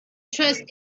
trust